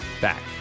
back